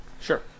Sure